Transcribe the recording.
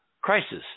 crisis